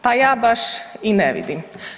Pa ja baš i ne vidim.